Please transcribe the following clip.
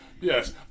Yes